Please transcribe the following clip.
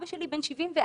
אבא שלי בן 74,